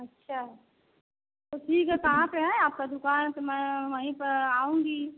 अच्छा तो ठीक है कहाँ पर है आपका दुकान तो मैं वहीं पर आऊँगी